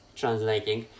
translating